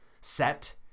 set